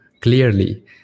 clearly